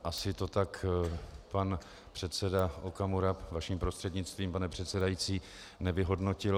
Asi to tak pan předseda Okamura, vaším prostřednictvím, pane předsedající, nevyhodnotil.